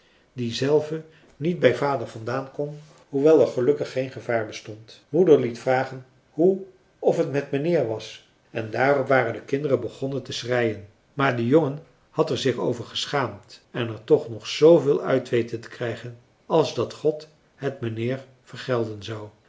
die zelve niet bij vader vandaan kon hoewel er gelukkig geen gevaar bestond moeder liet vragen hoe of het met mijnheer was en daarop waren de kinderen begonnen te schreien maar de jongen had er zich over geschaamd en er toch nog zveel françois haverschmidt familie en kennissen uit weten te krijgen als dat god het mijnheer vergelden zou